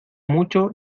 mucho